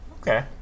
Okay